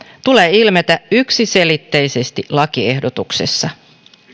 tulee ilmetä yksiselitteisesti lakiehdotuksessa